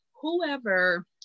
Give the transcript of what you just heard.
whoever